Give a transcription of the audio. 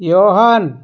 ಯೋಹಾನ್